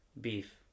beef